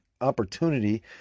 opportunity